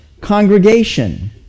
congregation